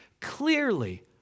Clearly